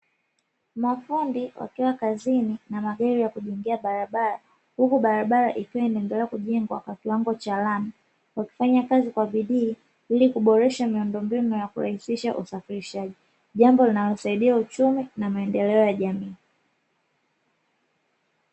Mafundi wakiwa kazini na magari ya kujengea barabara, huku barabara ikiwa inaendelea kujengwa kwa kiwango cha lami wakifanyakazi kwa bidii, ili kuboresha miundombinu na kurahisisha usafirishaji jambo linalosaidia uchumi na maendeleo ya jamii.